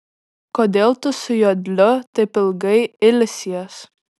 kodėl tu su jodliu taip ilgai ilsies